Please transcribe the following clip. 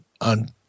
on